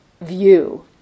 view